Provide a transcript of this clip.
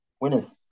winners